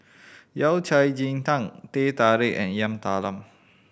Yao Cai ji tang Teh Tarik and Yam Talam